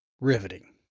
riveting